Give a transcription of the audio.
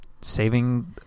saving